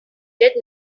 did